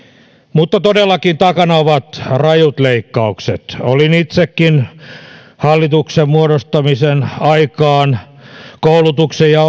mutta todellakin takana ovat rajut leikkaukset olin itsekin hallituksen muodostamisen aikaan koulutuksen ja